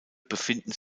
befinden